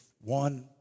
one